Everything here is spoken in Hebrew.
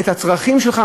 את הצרכים שלך,